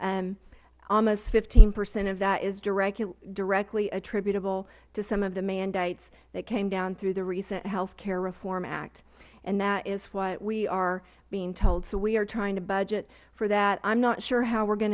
almost fifteen percent of that is directly attributable to some of the mandates that came down through the recent health care reform act and that is what we are being told so we are trying to budget for that i am not sure how